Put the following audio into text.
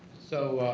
so,